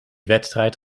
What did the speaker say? wedstrijd